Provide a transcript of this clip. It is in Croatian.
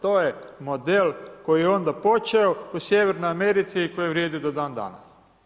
To je model koji je onda počeo u Sjevernoj Americi i koji vrijedi do dan-danas.